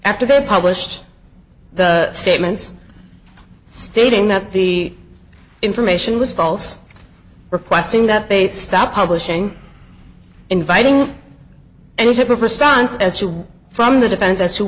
after they published the statements stating that the information was false requesting that they'd stop publishing inviting and type of response as to from the defense as to